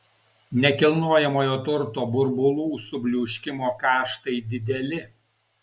nekilnojamojo turto burbulų subliūškimo kaštai dideli